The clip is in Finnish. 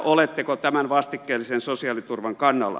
oletteko tämän vastikkeellisen sosiaaliturvan kannalla